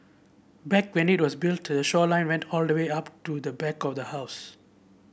back when it was built the shoreline went all the way up to the back of the house